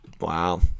Wow